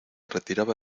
retiraba